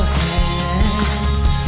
hands